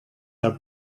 are